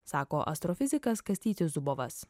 sako astrofizikas kastytis zubovas